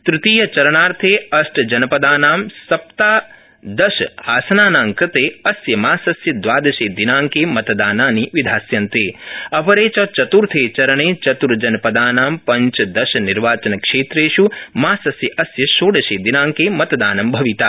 तृतीयचरणाथे अष्ट जनपदानां सप्नदशासनाना कृते अस्य मासस्य द्वादशे दिनांके मतदानानि विधास्यन्ते अपरे च चतुर्थे चरणे चतुर्जनपदाना पञ्चदशनिर्वाचनक्षेत्रेषु मासस्यास्य षोडशे दिनांके मतदानं भविता